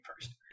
first